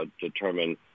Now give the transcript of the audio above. determine